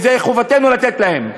כי זאת חובתנו לתת להם.